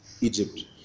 Egypt